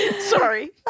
Sorry